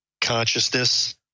consciousness